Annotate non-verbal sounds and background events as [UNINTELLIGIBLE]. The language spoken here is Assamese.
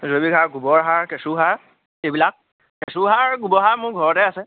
[UNINTELLIGIBLE] সাৰ গোবৰ সাৰ কেঁচু সাৰ এইবিলাক কেঁচু সাৰ গোবৰ সাৰ মোৰ ঘৰতে আছে